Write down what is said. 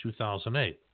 2008